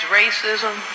racism